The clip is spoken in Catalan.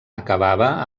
acabava